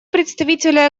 представителя